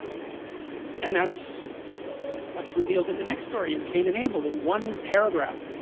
and that's what's revealed in the next story in cain and abel in one paragraph?